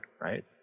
right